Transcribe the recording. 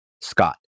Scott